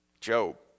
Job